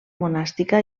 monàstica